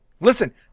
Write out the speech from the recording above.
Listen